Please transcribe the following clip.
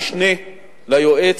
המשנה ליועץ,